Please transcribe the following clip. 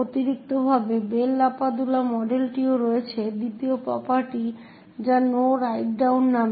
অতিরিক্তভাবে Bell LaPadula মডেলটিও রয়েছে দ্বিতীয় প্রপার্টি যা নো রাইট ডাউন নামে